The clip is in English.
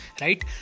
right